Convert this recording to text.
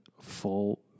Full